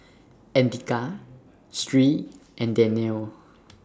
Andika Sri and Danial